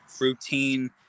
routine